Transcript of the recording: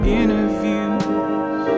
interviews